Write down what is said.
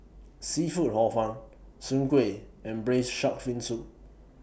Seafood Hor Fun Soon Kueh and Braised Shark Fin Soup